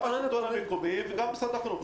השלטון המקומי ומשרד החינוך.